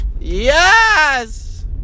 Yes